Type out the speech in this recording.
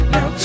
Now